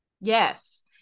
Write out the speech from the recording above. Yes